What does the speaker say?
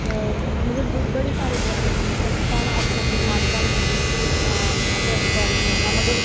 मतलब बड़े सारे गॉड न मतलब सारें दी अपनी अपनी मान्यता होंदी की आं असें उस गाड गी मन्नना पर